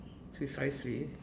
precisely